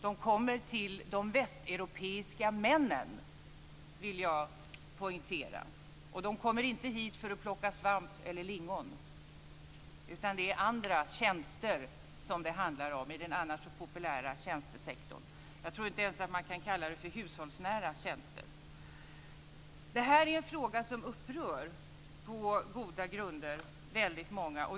De kommer till de västeuropeiska männen, vill jag poängtera, och de kommer inte hit för att plocka svamp eller lingon utan det är andra tjänster som det handlar om i den annars så populära tjänstesektorn. Jag tror inte ens att man kan kalla det här för hushållsnära tjänster. Det här är en fråga som, på goda grunder, upprör väldigt många.